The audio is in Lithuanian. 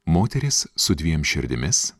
moteris su dviem širdimis